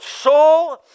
soul